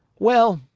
well,